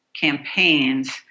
campaigns